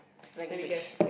language